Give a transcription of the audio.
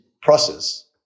process